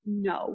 No